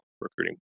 recruiting